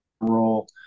role